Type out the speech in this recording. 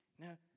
Now